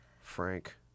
Frank